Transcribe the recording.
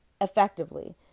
effectively